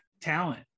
talent